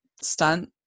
stunt